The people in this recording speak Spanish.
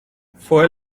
fue